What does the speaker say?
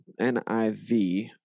NIV